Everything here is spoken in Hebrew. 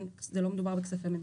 לא מדובר בזה.